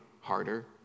harder